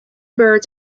birds